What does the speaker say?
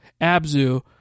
Abzu